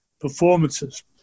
performances